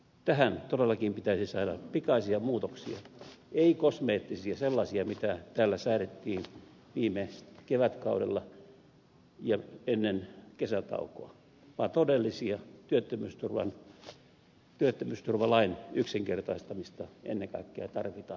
tähän todellakin pitäisi saada pikaisia muutoksia ei kosmeettisia sellaisia mitä täällä säädettiin viime kevätkaudella ja ennen kesätaukoa vaan todellista työttömyysturvalain yksinkertaistamista ennen kaikkea tarvitaan